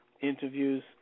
interviews